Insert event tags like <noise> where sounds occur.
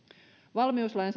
valmiuslain <unintelligible>